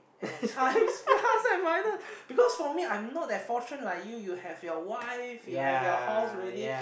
at times plus and minus because for me I'm not that fortune like you you have your wife you have your house already